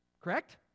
correct